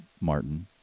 Martin